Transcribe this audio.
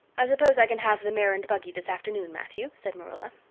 i suppose i can have the mare and buggy this afternoon, matthew? said marilla.